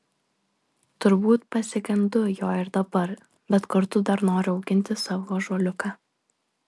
turbūt pasigendu jo ir dabar bet kartu dar noriu auginti savo ąžuoliuką